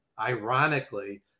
ironically